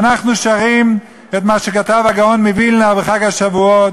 ואנחנו שרים את מה שכתב הגאון מווילנה בחג השבועות,